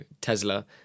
Tesla